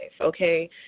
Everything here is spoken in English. okay